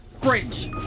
Bridge